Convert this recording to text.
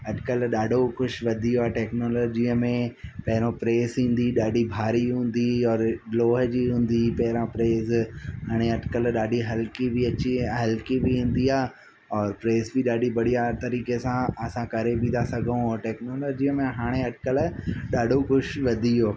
औरि अॼुकल्ह ॾाढो कुझु वधी वियो आहे टेक्नोलॉजीअ में पहिरियों प्रेस ईंदी हुई ॾाढी भारी हूंदी हुई और लोह जी हूंदी हुई पहिरियों प्रेस हाणे अॼुकल्ह ॾाढी हलिकी बि अची हल्की बि ईंदी आहे और प्रेस बि ॾाढी बढ़िया तरीक़े सां असां करे बि था सघूं ऐं टेक्नोलॉजीअ में हाणे अॼुकल्ह ॾाढो कुझु वधी वियो